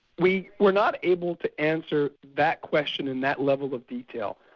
we were not able to answer that question in that level of detail.